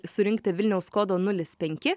surinkti vilniaus kodą nulis penki